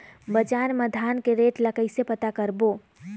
बजार मा धान के रेट ला कइसे पता करबो?